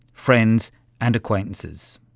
friends and acquaintances.